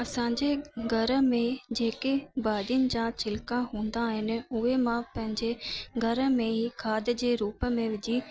असां जे घर में जेके भाॼियुनि जा छिलिका हूंदा आहिनि उहे मां पंहिंजे घर में ई खाध जे रूप में विझी